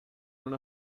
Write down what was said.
non